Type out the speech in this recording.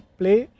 play